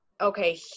okay